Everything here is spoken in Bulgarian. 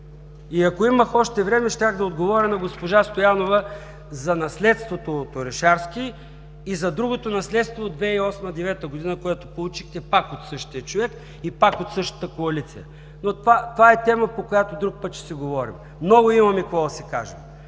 Ако имах още време, щях да отговоря на госпожа Стоянова за наследството от Орешарски, и за другото наследство от 2008 – 2009 г., което получихте пак от същия човек, и пак от същата коалиция. Но това е тема, по която друг път ще си говорим. Имаме много какво